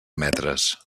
metres